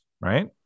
right